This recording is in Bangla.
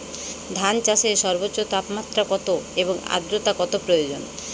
ধান চাষে সর্বোচ্চ তাপমাত্রা কত এবং আর্দ্রতা কত প্রয়োজন?